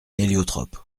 héliotrope